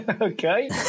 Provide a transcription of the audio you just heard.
Okay